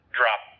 drop